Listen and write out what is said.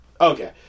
Okay